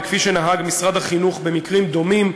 וכפי שנהג משרד החינוך במקרים דומים,